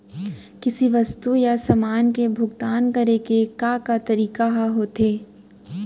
किसी वस्तु या समान के भुगतान करे के का का तरीका ह होथे?